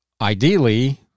ideally